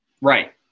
Right